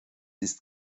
ist